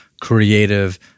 creative